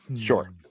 Sure